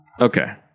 Okay